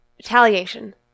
retaliation